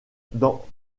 dans